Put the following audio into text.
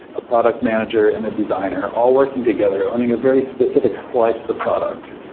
a product manager and a designer are all working together, owning a very specific slice of the product.